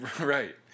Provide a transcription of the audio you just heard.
right